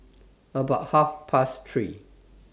about Half Past three